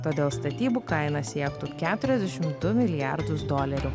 todėl statybų kaina siektų keturiasdešim du milijardus dolerių